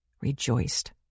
rejoiced